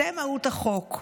זו מהות החוק.